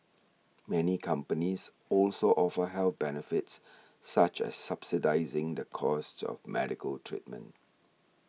many companies also offer health benefits such as subsidising the cost of medical treatment